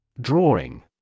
Drawing